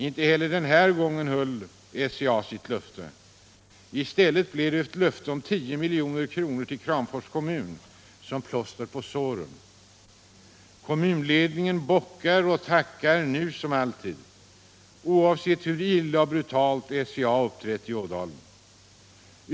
Inte heller den här gången höll SCA sitt löfte. I stället gavs ett löfte om 10 milj.kr. till Kramfors kommun som plåster på såren. Kommunledningen bockar och tackar, nu som alltid, oavsett hur illa och brutalt SCA uppträtt i Ådalen.